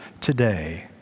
today